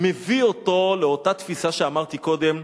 מביא אותו לאותה תפיסה שאמרתי קודם,